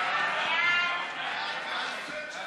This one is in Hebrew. סעיפים 1